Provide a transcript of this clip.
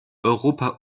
europa